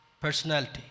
personality